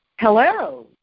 Hello